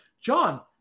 John